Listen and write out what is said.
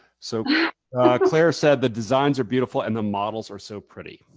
so claire said the designs are beautiful and the models are so pretty.